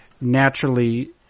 Naturally